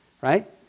right